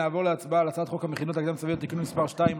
נעבור להצבעה על הצעת חוק המכינות הקדם-צבאיות (תיקון מס' 2),